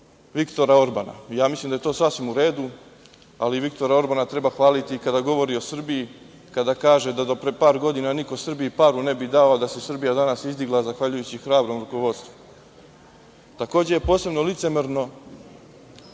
Viktora Orbana. Ja mislim da je to sasvim u redu, ali Viktora Orbana treba hvaliti i kada govori o Srbiji, kada kaže da do pre par godina niko Srbiji paru ne bi dao, da se Srbija danas izdigla zahvaljujući hrabrom rukovodstvu. Takođe je posebno licemerno